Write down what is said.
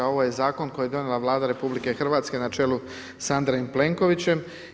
Ovo je zakon kojeg je donijela Vlada RH na čelu sa Andrejom Plenkovićem.